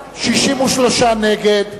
נגד,